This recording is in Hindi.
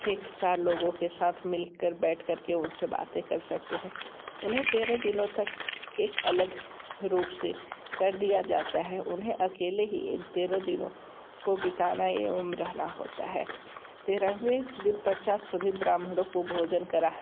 कि चार लोगों के साथ मिल कर बैठ कर के उन से बातें कर सकते हैं उन्हें तेरह दिनों तक एक अलग रूप से कर दिया जाता है उन्हें अकेले ही इन तेरह दिनों को बिताना ही रहना होता है तेरहवें दिन पचास सभी ब्राह्मणों को भोजन करा